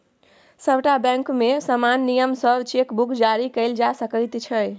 सभटा बैंकमे समान नियम सँ चेक बुक जारी कएल जा सकैत छै